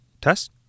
test